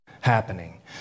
happening